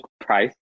price